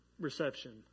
reception